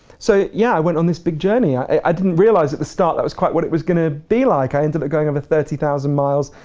so yeah, i went on this big journey. i didn't realise at the start that was quite what it was gonna be like. i ended up going over thirty thousand miles.